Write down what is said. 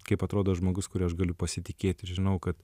kaip atrodo žmogus kurį aš galiu pasitikėt ir žinau kad